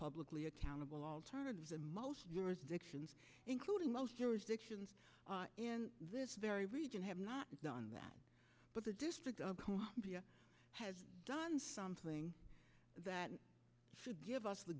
publicly accountable alternatives and most jurisdictions including most jurisdictions in this very region have not done that but the district of columbia has done something that should give us the